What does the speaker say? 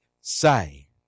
say